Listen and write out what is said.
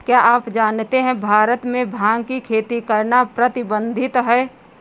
क्या आप जानते है भारत में भांग की खेती करना प्रतिबंधित है?